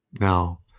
now